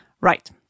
right